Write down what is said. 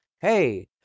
Hey